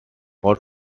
port